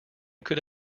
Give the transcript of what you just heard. could